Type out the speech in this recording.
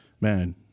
man